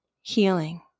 healing